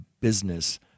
business